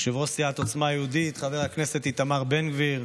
יושב-ראש סיעת עוצמה יהודית חבר הכנסת איתמר בן גביר,